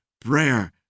prayer